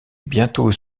bientôt